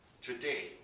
Today